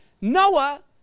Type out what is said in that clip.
Noah